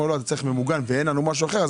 לא אתה צריך ממוגן ואין לנו משהו אחר,